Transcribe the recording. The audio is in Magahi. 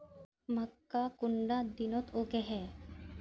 मक्का कुंडा दिनोत उगैहे?